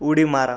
उडी मारा